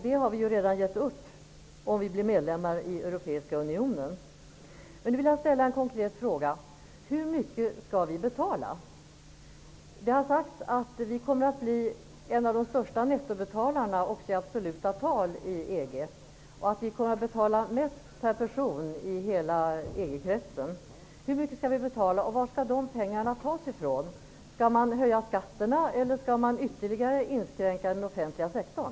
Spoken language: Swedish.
Det har vi redan givit upp om vi blir medlemmar i Europeiska unionen. Men nu vill jag ställa en konkret fråga: Hur mycket skall vi betala? Det har sagts att vi kommer att bli en av de största nettobetalarna, också i absoluta tal, i EG och att vi kommer att betala mest per person i hela EG-kretsen. Hur mycket skall vi betala och varifrån skall de pengarna tas? Skall man höja skatterna, eller skall man ytterligare inskränka den offentliga sektorn?